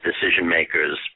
decision-makers